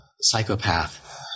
psychopath